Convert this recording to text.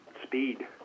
speed